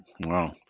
Wow